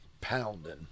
pounding